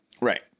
Right